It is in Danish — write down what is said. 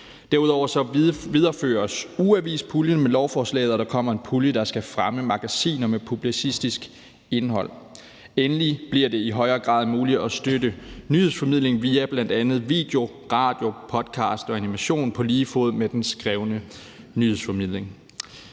Derudover videreføres ugeavispuljen med lovforslaget, og der kommer en pulje, der skal fremme magasiner med publicistisk indhold. Endelig bliver det i højere grad muligt at støtte nyhedsformidling via bl.a. video, radio, podcast og animation på lige fod med den skrevne nyhedsformidling.